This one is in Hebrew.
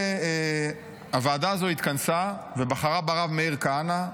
הוועדה הזו התכנסה ובחרה ברב מאיר כהנא.